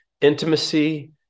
intimacy